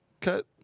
cut